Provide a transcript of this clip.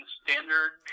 standard